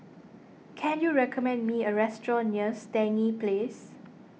can you recommend me a restaurant near Stangee Place